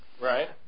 Right